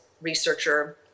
researcher